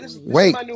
wait